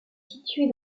située